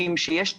שיש לנו,